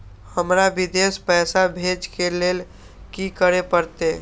हमरा विदेश पैसा भेज के लेल की करे परते?